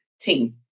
team